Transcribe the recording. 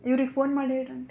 ಇವ್ರಿಗೆ ಫೋನ್ ಮಾಡಿ ಹೇಳ್ರಿ ಆಂಟಿ